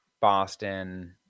Boston